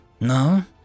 No